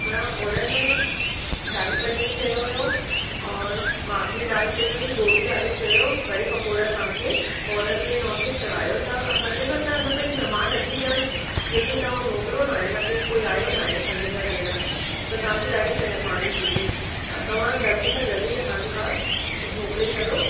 मां ऑडर में शाही पनीर चयो हुयो और माखनी दालि चई हुई गोभी आलू चयो कढ़ी पकोड़ा तव्हांखे ऑडर में नोटिस करायो त असांजे घरु त अञा ताईं महिमान अची विया आहिनि लेकिन तव्हां मोकिलिलो न आहे अञा ताईं कोई आयो न आहे असांजे घरु ॾियण त तव्हांजी ॾाढी महिरबानी थींदी तव्हां जल्दी खां जल्दी असांजे पास मोकिले छॾियो